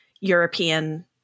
European